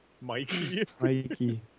Mikey